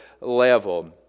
level